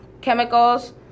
chemicals